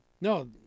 No